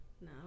No